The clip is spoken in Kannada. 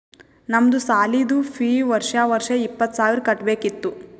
ನಮ್ದು ಸಾಲಿದು ಫೀ ವರ್ಷಾ ವರ್ಷಾ ಇಪ್ಪತ್ತ ಸಾವಿರ್ ಕಟ್ಬೇಕ ಇತ್ತು